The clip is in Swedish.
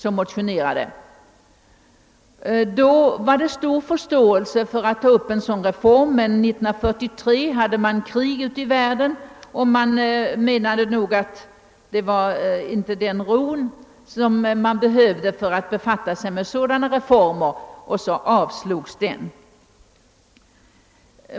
Då fanns det stor förståelse för en sådan reform, men 1943 rådde det krig ute i världen, och man menade nog att man inte hade den ro som man behövde för att befatta sig med saken, och så avslogs förslaget.